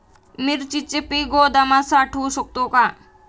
मिरचीचे पीक गोदामात साठवू शकतो का?